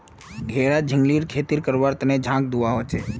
घेरा झिंगलीर खेती करवार तने झांग दिबा हछेक